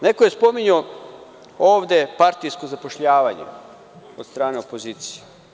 Neko je spominjao ovde partijsko zapošljavanje od strane opozicije.